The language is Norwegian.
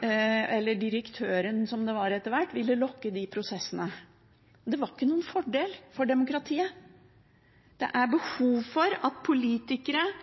eller direktøren, som det var etter hvert – gjerne ville lukke de prosessene. Det var ingen fordel for demokratiet. Det er behov for at politikere